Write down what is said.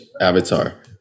avatar